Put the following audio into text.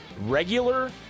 Regular